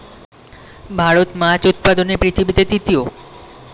ভারত মাছ উৎপাদনে পৃথিবীতে তৃতীয়